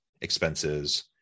expenses